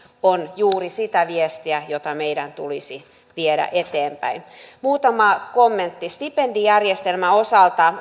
on juuri sitä viestiä jota meidän tulisi viedä eteenpäin muutama kommentti stipendijärjestelmän osalta